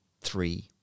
three